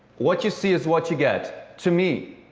what you see is what you get. to me,